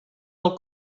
del